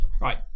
Right